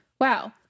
wow